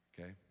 okay